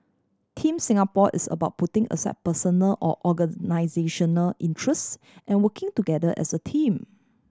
Team Singapore is about putting aside personal or organisational interests and working together as a team